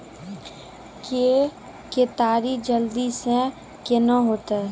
के केताड़ी जल्दी से के ना होते?